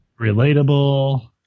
relatable